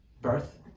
birth